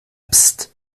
psst